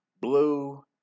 Blue